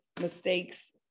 mistakes